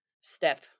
step